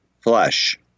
flesh